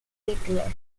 hitler